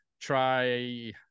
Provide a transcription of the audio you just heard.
try